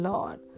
Lord